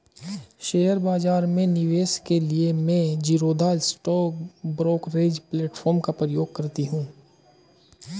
share बाजार में निवेश के लिए मैं ज़ीरोधा स्टॉक ब्रोकरेज प्लेटफार्म का प्रयोग करती हूँ